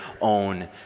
own